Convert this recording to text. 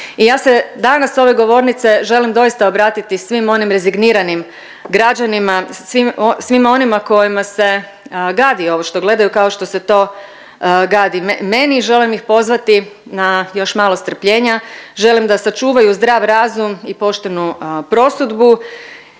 I ja se danas s ove govornice želim doista obratiti svim onim rezigniranim građanima, svima onima kojima se gadi ovo što gledaju kao što se to gadi meni, želim ih pozvati na još malo strpljenja, želim da sačuvaju zdrav razum i poštenu prosudbu